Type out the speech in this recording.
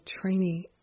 Training